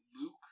Luke